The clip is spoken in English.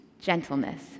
gentleness